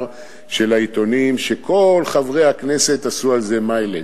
של העיתונים שכל חברי הכנסת עשו על זה מיילג'.